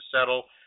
settle